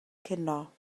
cinio